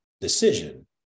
decision